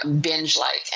binge-like